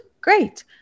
Great